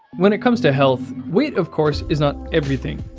when it comes to health, weight of course is not everything,